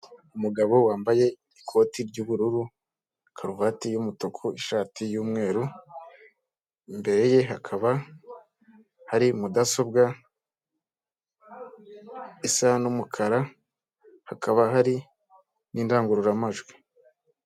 Umugabo wambaye ikoti ry'ubururu, karuvati y'umutuku ishati y'umweru, imbere ye hakaba hari mudasobwa isa n'umukara, hakaba hari nindangururamajwi.